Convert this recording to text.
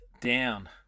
down